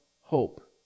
hope